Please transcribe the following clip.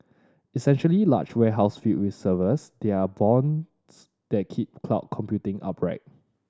essentially large warehouses filled with servers they are bones that keep cloud computing upright